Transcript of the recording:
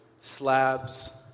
slabs